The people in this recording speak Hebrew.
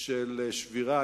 של שבירה.